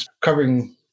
covering